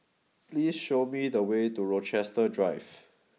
please show me the way to Rochester Drive